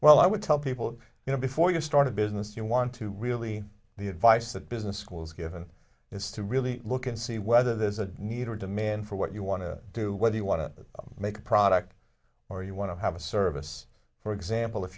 well i would tell people you know before you start a business you want to really the advice that business schools given is to really look and see whether there's a need or a demand for what you want to do whether you want to make a product or you want to have a service for example if